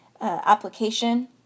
application